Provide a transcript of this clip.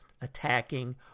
attacking